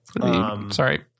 Sorry